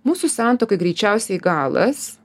mūsų santuokai greičiausiai galas